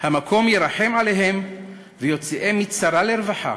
המקום ירחם עליהם ויוציאם מצרה לרווחה